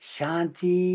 Shanti